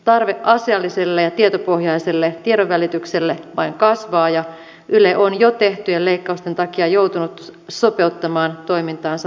tarve asialliselle ja tietopohjaiselle tiedonvälitykselle vain kasvaa ja yle on jo tehtyjen leikkausten takia joutunut sopeuttamaan toimintaansa melkoisesti